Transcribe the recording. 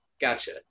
Gotcha